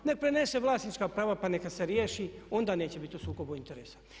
Nek' prenese vlasnička prava pa neka se riješi onda neće biti u sukobu interesa.